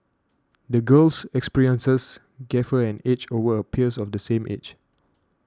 the girl's experiences gave her an edge over her peers of the same age